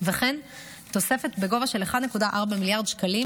וכן תוספת בסכום של 1.4 מיליארד שקלים